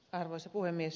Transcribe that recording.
arvoisa puhemies